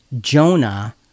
Jonah